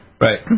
Right